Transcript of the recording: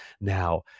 Now